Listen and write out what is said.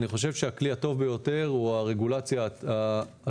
אני חושב שהכלי הטוב ביותר הוא הרגולציה העצמית.